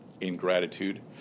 ingratitude